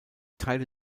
teile